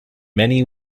many